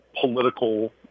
political